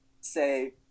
say